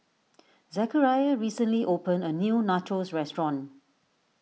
Zechariah recently opened a new Nachos restaurant